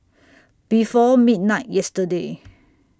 before midnight yesterday